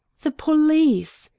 the police!